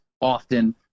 Often